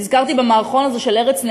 נזכרתי במערכון הזה של "ארץ נהדרת"